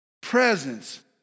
presence